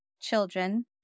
children